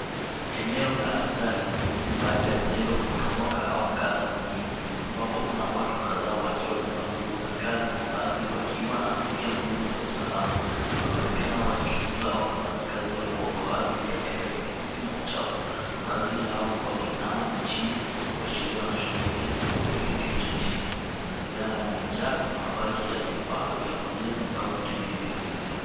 Eneo la ajali pengine baada ya jengo kuporomoka au mkasa mwingine ambapo kuna watu kadhaa wakiwa wamevaa nguo za kazi na baadhi wakiwa na kofia ngumu za usalama. Wanaonekana wakichunguza au kufanya kazi ya uokoaji katika vifusi na uchafu. Baadhi yao wameinama chini kuashiria wanashughulikia kitu kilicho chini. Mazingara yamejaa mabaki ya vifaa vya ujenzi au vitu vilivyo haribika.